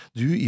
du